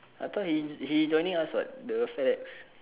I thought he he joining us [what] the Fedex